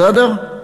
בסדר?